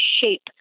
shape